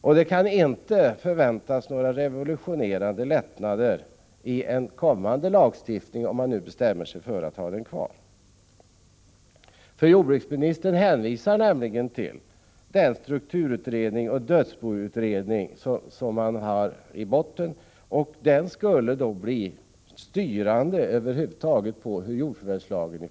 Om man nu bestämmer sig för att ha kvar lagen, kan ändringar inte medföra några revolutionerande lättnader. Jordbruksministern hänvisade nämligen till den strukturutredning och den dödsboutredning som finns i botten. Det här skulle i fortsättningen bli styrande för utformningen av jordförvärvslagen.